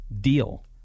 deal